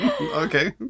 Okay